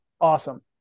awesome